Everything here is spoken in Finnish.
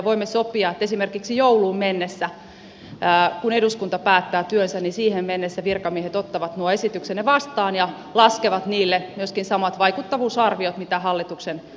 voimme sopia että esimerkiksi jouluun mennessä kun eduskunta päättää työnsä virkamiehet ottavat nuo esityksenne vastaan ja laskevat niille myöskin samat vaikuttavuusarviot kuin mitä hallituksen uudistuksille on tehty